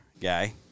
guy